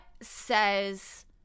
says